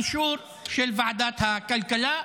אישור של ועדת הכלכלה.